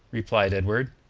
replied edward,